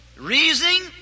Reasoning